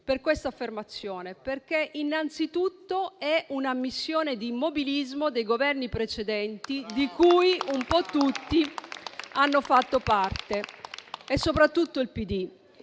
per questa affermazione, perché innanzitutto è un'ammissione di immobilismo dei Governi precedenti di cui un po' tutti hanno fatto parte, soprattutto il PD.